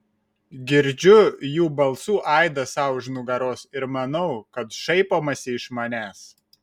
girdžiu jų balsų aidą sau už nugaros ir manau kad šaipomasi iš manęs